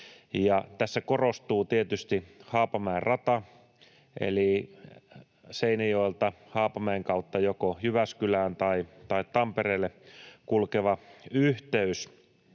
tässä korostuu tietysti Haapamäen rata eli Seinäjoelta Haapamäen kautta joko Jyväskylään tai Tampereelle kulkeva yhteys,